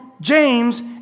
James